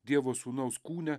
dievo sūnaus kūne